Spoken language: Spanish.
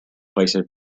países